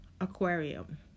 aquarium